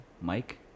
Mike